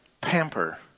pamper